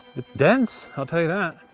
it's dense, i'll tell you that.